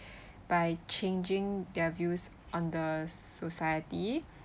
by changing their views on the society